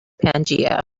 pangaea